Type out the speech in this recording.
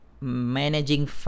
managing